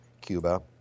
Cuba